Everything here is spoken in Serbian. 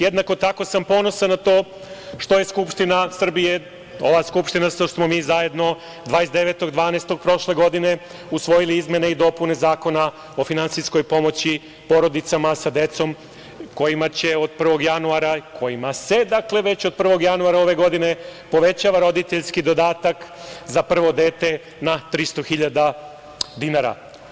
Jednako tako sam ponosan na to što je Skupština Srbije, ova Skupština, što smo mi zajedno 29. decembra prošle godine usvojili izmene i dopune Zakona o finansijskoj pomoći porodicama sa decom kojima će od 1. januara, kojima se već od 1. januara ove godine povećava roditeljski dodatak za prvo dete na 300.000 dinara.